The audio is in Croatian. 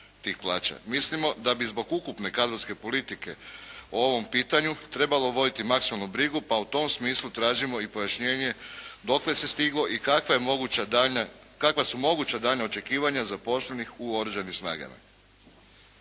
Mislimo da bi zbog ukupne kadrovske politike o ovom pitanju trebalo voditi maksimalno brigu, pa u tom smislu tražimo i pojašnjenje dokle se stiglo i kakva su moguća daljnja očekivanja zaposlenih u Oružanim snagama.